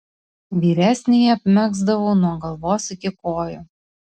vyresnįjį apmegzdavau nuo galvos iki kojų